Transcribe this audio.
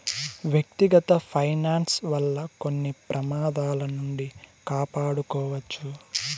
వ్యక్తిగత ఫైనాన్స్ వల్ల కొన్ని ప్రమాదాల నుండి కాపాడుకోవచ్చు